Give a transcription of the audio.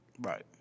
Right